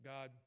God